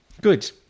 Good